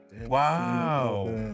Wow